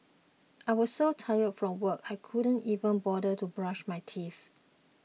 I was so tired from work I could not even bother to brush my teeth